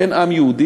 אין עם יהודי.